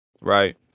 Right